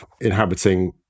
inhabiting